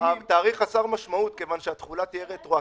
התאריך חסר משמעות מכיוון שהתחולה רטרואקטיבית.